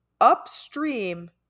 upstream